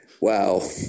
Wow